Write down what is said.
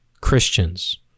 Christians